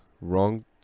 wrong